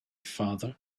father